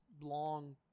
long